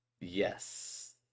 Yes